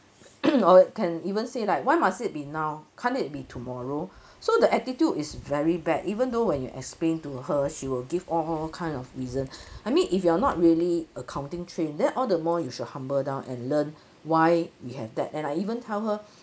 or can even say like why must it be now can't it be tomorrow so the attitude is very bad even though when you explain to her she will give all kind of reason I mean if you're not really accounting train then all the more you should humble down and learn why we have that and I even tell her